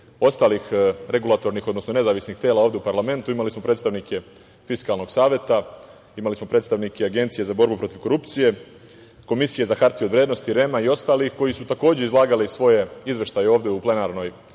ostalih regulatornih, odnosno nezavisnih tela ovde u parlamentu. Imali smo predstavnike Fiskalnog saveta. Imali smo predstavnike Agencije za borbu protiv korupcije, Komisije za hartije od vrednosti, REM-a i ostalih, koji su takođe izlagali svoje izveštaje ovde u plenarnoj sali